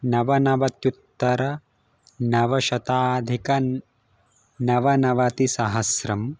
नवनवत्युत्तरनवशताधिकनवनवतिसहस्रं